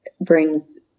brings